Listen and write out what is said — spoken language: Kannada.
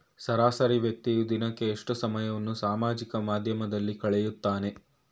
ಸರಾಸರಿ ವ್ಯಕ್ತಿಯು ದಿನಕ್ಕೆ ಎಷ್ಟು ಸಮಯವನ್ನು ಸಾಮಾಜಿಕ ಮಾಧ್ಯಮದಲ್ಲಿ ಕಳೆಯುತ್ತಾನೆ?